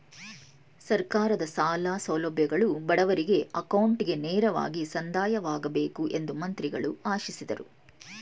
ಸರ್ಕಾರದ ಸಾಲ ಸೌಲಭ್ಯಗಳು ಬಡವರಿಗೆ ಅಕೌಂಟ್ಗೆ ನೇರವಾಗಿ ಸಂದಾಯವಾಗಬೇಕು ಎಂದು ಮಂತ್ರಿಗಳು ಆಶಿಸಿದರು